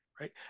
right